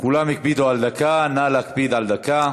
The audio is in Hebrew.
כולם הקפידו על דקה, נא להקפיד על דקה.